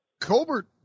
Colbert